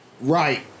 Right